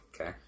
Okay